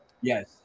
Yes